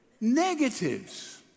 negatives